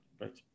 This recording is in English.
right